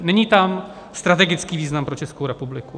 Není tam strategický význam pro Českou republiku.